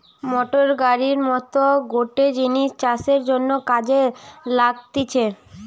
motor গাড়ির মত গটে জিনিস চাষের জন্যে কাজে লাগতিছে